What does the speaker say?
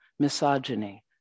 misogyny